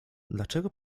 dlaczego